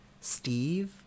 Steve